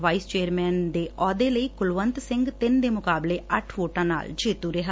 vice chairman ਦੇ ਅਹੁਦੇ ਲਈ ਕੁਲਵੰਤ ਸਿੰਘ ਤਿੰਨ ਦੇ ਮੁਕਾਬਲੇ ਅੱਠ ਵੋਟਾਂ ਨਾਲ ਜੇੜ ਰਿਹਾ